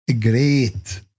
great